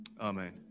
amen